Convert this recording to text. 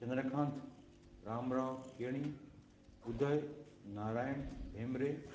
चंद्रकांत राम राव के केणी उदय नारायण भेंब्रे